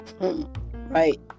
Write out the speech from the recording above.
right